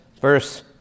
verse